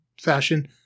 fashion